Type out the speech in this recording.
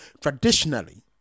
traditionally